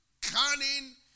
cunning